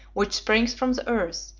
which springs from the earth,